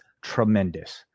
tremendous